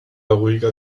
ruhiger